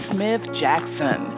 Smith-Jackson